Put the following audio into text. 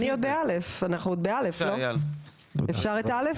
אני עוד בא', אנחנו בא' נכון, אפשר את א'?